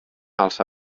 alça